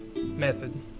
method